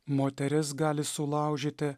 moteris gali sulaužyti